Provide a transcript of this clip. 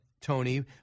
Tony